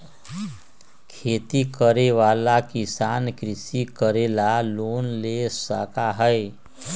खेती करे वाला किसान कृषि करे ला लोन ले सका हई